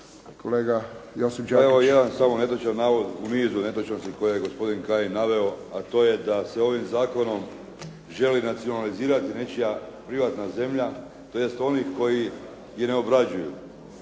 Josip (HDZ)** Pa evo jedan samo netočan navod u nizu netočnosti koje je gospodin Kajin naveo, a to je da se ovim zakonom želi nacionalizirati nečija privatna zemlja, tj. onih koji je ne obrađuju.